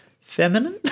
feminine